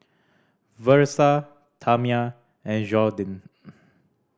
Versa Tamia and Jordin